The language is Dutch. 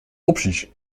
opties